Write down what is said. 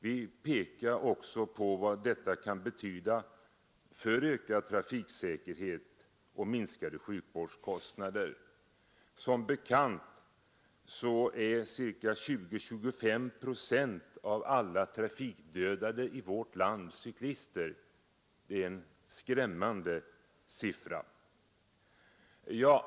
Vi pekade oc på vad detta kunde betyda för ökad trafiksäkerhet och minskade sjukvårdskostnader. Som bekant är 20—25 procent av alla trafikdödade i vårt land cyklister. Det är en skrämmande siffra.